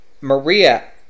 Maria